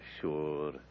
Sure